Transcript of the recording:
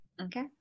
Okay